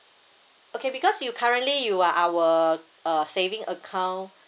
okay because you currently you are our uh saving account